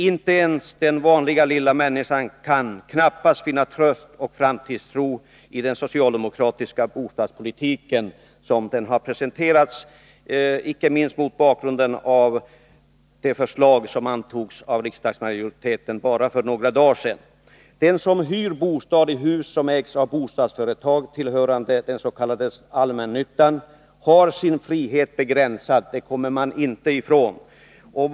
Inte ens den vanliga lilla människan kan finna tröst och framtidstro i den socialdemokratiska bostadspolitiken, så som den har presenterats. Detta gäller icke minst mot bakgrund av de förslag som antogs av riksdagsmajoriteten för bara några dagar sedan. Den som hyr bostad i hus som ägs av bostadsföretag tillhörande den s.k. allmännyttan har sin frihet begränsad. Det kan man inte komma ifrån.